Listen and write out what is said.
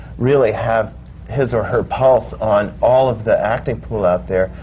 really have his or her pulse on all of the acting pool out there,